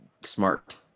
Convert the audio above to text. smart